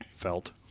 felt